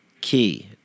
key